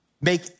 make